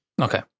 Okay